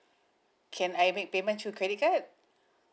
can I make payment through credit card